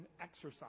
exercise